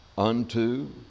unto